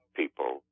people